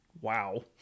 wow